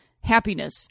happiness